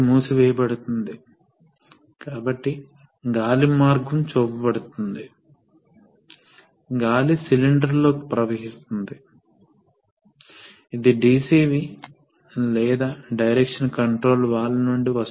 ఇప్పుడు మనము ఈ సెట్టింగ్కు మించి ప్రెషర్ పెరిగితే మనము సాధారణంగా హైడ్రోస్టాటిక్ పంపులు లేదా పాజిటివ్ డిస్ప్లేసెమెంట్ పంప్ గురించి మాట్లాడుతున్నామని గుర్తుంచుకోండి